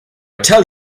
tell